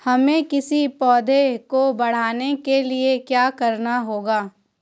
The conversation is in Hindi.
हमें किसी पौधे को बढ़ाने के लिये क्या करना होगा?